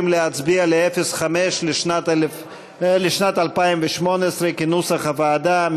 להצביע על 05 לשנת 2018, כנוסח הוועדה.